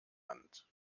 hand